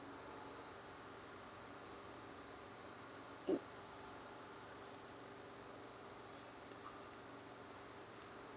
mm